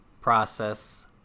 process